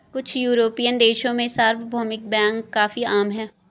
कुछ युरोपियन देशों में सार्वभौमिक बैंक काफी आम हैं